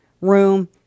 room